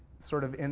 sort of, and